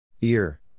Ear